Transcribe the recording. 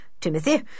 Timothy